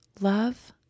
love